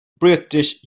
british